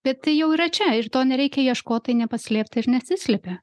bet tai jau yra čia ir to nereikia ieškot tai nepaslėpta ir nesislepia